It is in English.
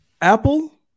Apple